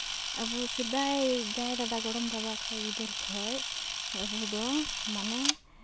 ᱟᱵᱚ ᱥᱮᱫᱟᱭ ᱡᱟᱭ ᱫᱟᱫᱟ ᱜᱚᱲᱚᱢ ᱵᱟᱵᱟ ᱠᱷᱚᱱ ᱵᱤᱫᱟᱹᱞ ᱠᱷᱚᱱ ᱟᱵᱚ ᱫᱚ ᱢᱟᱱᱮ